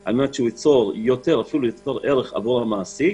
על מנת שהוא ייצור יותר ערך עבור המעסיק,